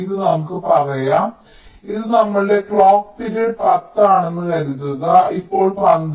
ഇത് നമുക്ക് പറയാം ഇത് നമ്മുടെ ക്ലോക്ക് പിരീഡ് 10 ആണെന്ന് കരുതുക ഇപ്പോൾ 12